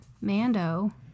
Mando